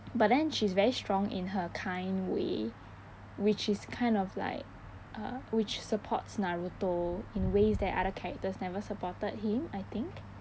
but then she is very strong in her kind way which is kind of like uh which supports naruto in ways that other characters never supported him I think